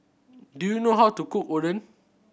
do you know how to cook Oden